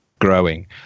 growing